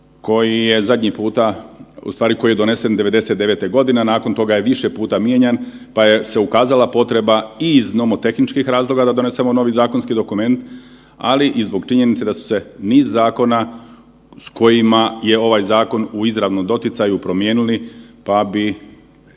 koji je zadnji puta, u stvari koji je donesen '99. godine, a nakon toga je više puta mijenjan pa je ukazala se potreba i iz nomotehničkih razloga da donesemo novi zakonski dokument, ali i zbog činjenice da su se niz zakona s kojima je ovaj zakon u izravnom doticaju promijenili pa bi